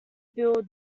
bill